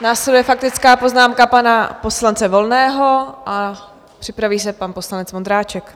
Následuje faktická poznámka pana poslance Volného a připraví se pan poslanec Vondráček.